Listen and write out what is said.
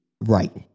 Right